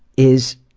is,